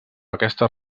aquestes